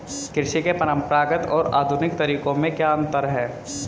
कृषि के परंपरागत और आधुनिक तरीकों में क्या अंतर है?